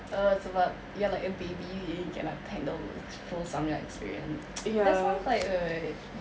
uh sebab you're like a baby you can't like handle the full Samyang experience that sounds like a